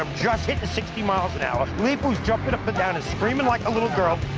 um just hit sixty miles an hour. leepu's jumping up and down and screaming like a little girl.